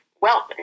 wealth